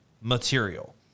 material